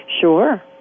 Sure